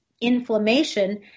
inflammation